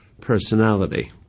personality